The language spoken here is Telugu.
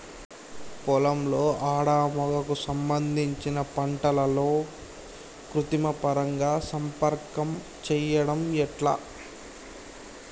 పొలంలో మగ ఆడ కు సంబంధించిన పంటలలో కృత్రిమ పరంగా సంపర్కం చెయ్యడం ఎట్ల?